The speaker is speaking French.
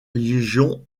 légions